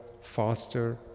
faster